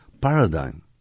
paradigm